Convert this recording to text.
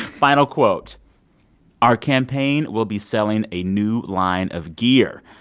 final quote our campaign will be selling a new line of gear.